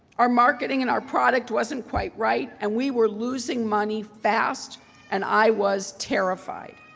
our marketing and our product wasn't quite right, and we were losing money fast and i was terrified.